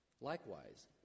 Likewise